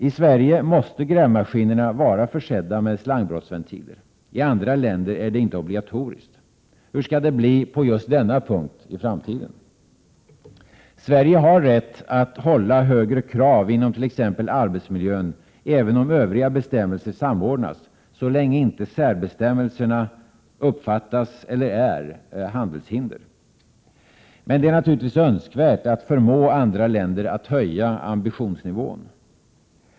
I Sverige måste grävmaskinerna vara försedda med slangbrottsventiler. I andra länder är det inte obligatoriskt. Hur skall det bli på just denna punkt i framtiden? Sverige har rätt att hålla högre krav inom t.ex. arbetsmiljön även om övriga bestämmelser samordnas, så länge inte särbestämmelserna uppfattas som eller utgör handelshinder. Men det är naturligtivs önskvärt att förmå andra länder att höja ambitionsnivån.